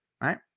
Right